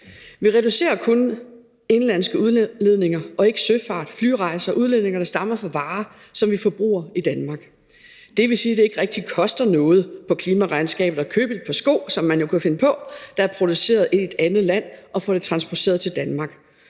Vi reducerer kun indenlandske udledninger og ikke udledninger fra søfart og flyrejser og udledninger, der stammer fra varer, som vi forbruger i Danmark. Det vil sige, at det ikke rigtig koster noget på klimaregnskabet at købe et par sko, som man jo kunne finde på, der er produceret i et andet land, og få dem transporteret til Danmark.